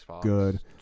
good